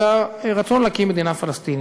זה הרצון להקים מדינה פלסטינית.